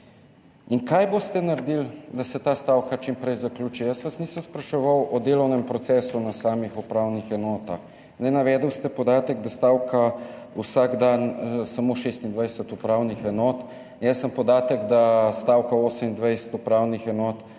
in kaj boste naredili, da se ta stavka čim prej zaključi. Jaz vas nisem spraševal o delovnem procesu na upravnih enotah. Navedli ste podatek, da stavka vsak dan samo 26 upravnih enot. Jaz sem podatek, da stavka 28 upravnih enot,